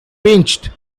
pinched